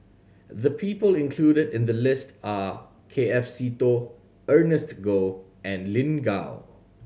the people included in the list are K F Seetoh Ernest Goh and Lin Gao